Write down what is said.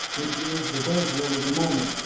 which is the buzzword of the moment.